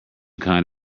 kind